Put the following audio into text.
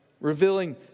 Revealing